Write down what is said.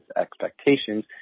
expectations